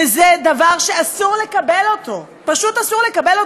וזה דבר שאסור לקבל, פשוט אסור לקבל.